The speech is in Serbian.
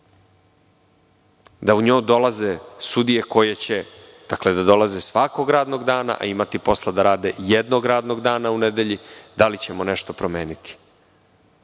da u nju dolaze sudije, koje će dolaziti svakog radnog dana, a imati posla da rade jednog radnog dana u nedelji, nešto promeniti?